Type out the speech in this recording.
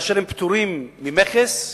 פטורים ממכס,